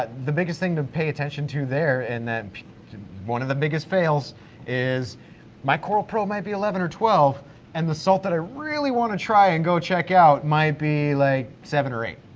ah the biggest thing to pay attention to there and then one of the biggest fails is my coral pro might be eleven or twelve and the salt that ah really wanna try and go check out, might be like seven or eight.